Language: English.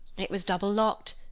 it was double-locked,